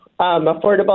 affordable